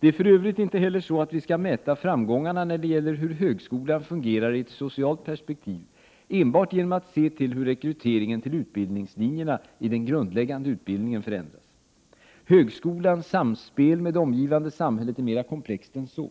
Det är för övrigt inte heller så att vi skall mäta framgångarna, när det gäller hur högskolan fungerar i ett socialt perspektiv, enbart genom att se till hur rekryteringen till utbildningslinjerna i den grundläggande utbildningen förändras. Högskolans samspel med det omgivande samhället är mera komplext än så.